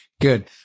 Good